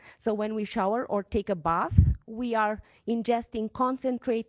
so when we shower or take a bath, we are ingesting concentrated